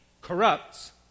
corrupts